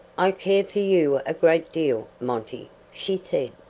i care for you a great deal, monty, she said,